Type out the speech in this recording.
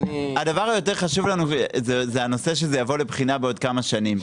הדבר היותר חשוב לנו זה הנושא שזה יבוא לבחינה בעוד כמה שנים,